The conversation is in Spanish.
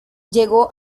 llegó